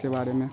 इसके बारे में